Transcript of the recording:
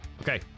Okay